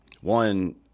one